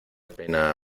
pena